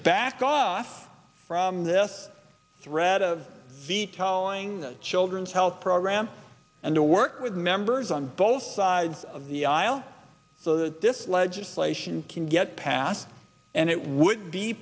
back off from this threat of vetoing the children's health program and to work with members on both sides of the aisle so that this legislation can get passed and it would